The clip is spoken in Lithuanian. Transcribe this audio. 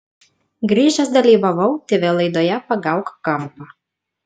grįžęs dalyvavau tv laidoje pagauk kampą